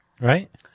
Right